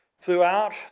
throughout